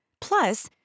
Plus